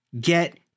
get